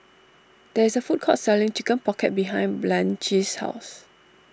there is a food court selling Chicken Pocket behind Blanchie's house